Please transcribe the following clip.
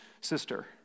sister